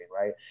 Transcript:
Right